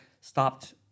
stopped